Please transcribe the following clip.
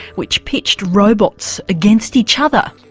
which pitched robots against each other.